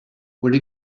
where